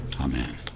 amen